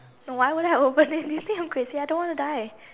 no why would I open it do you think I am crazy I don't want to die